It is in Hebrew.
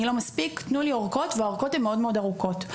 הוא לא מספיק ומבקש אורכות והאורכות הן מאוד מאוד ארוכות.